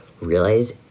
realize